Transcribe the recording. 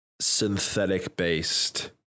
synthetic-based